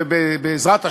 בעזרת השם,